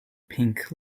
pink